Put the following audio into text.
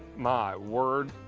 my word.